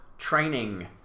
training